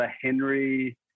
Henry